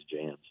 jams